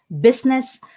business